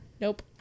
Nope